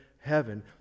heaven